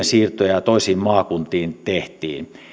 siirtoja toisiin maakuntiin tehtiin